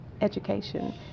education